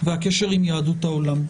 והקשר עם יהדות העולם.